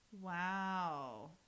Wow